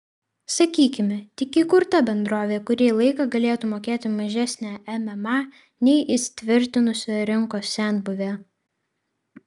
sakykime tik įkurta bendrovė kurį laiką galėtų mokėti mažesnę mma nei įsitvirtinusi rinkos senbuvė